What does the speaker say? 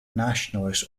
nationalist